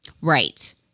right